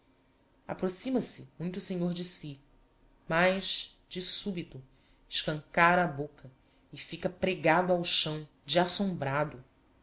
aproxima-se muito senhor de si mas de subito escancara a bôca e fica pregado ao chão de assombrado